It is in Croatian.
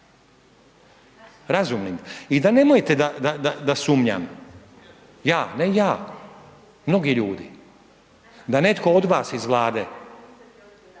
razumnim. I da nemojte da sumnjam ja, ne ja mnogi ljudi, da netko od vas iz Vlade